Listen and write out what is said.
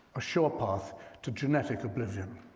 a sure path to genetic oblivion.